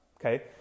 okay